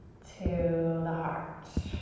to the heart,